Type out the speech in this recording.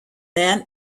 men